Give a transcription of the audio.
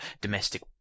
domestic